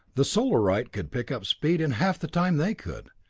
the solarite could pick up speed in half the time they could,